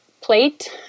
plate